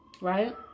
right